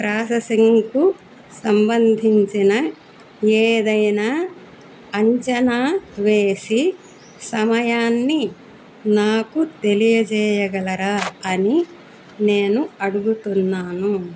ప్రాసెసింగ్కు సంబంధించిన ఏదైనా అంచనా వేసి సమయాన్ని నాకు తెలియజేయగలరా అని నేను అడుగుతున్నాను